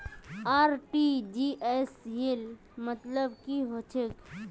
RTGS सेल मतलब की होचए?